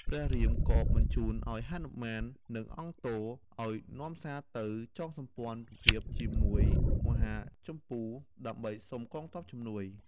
ព្រះរាមក៏បញ្ជូនឱ្យហនុមាន និងអង្គទ អោយនាំសារទៅចងសម្ព័ន្ធភាពជាមួយមហាជម្ពូ ដើម្បីសុំកងទ័ពជំនួយ។